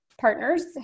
partners